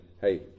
hey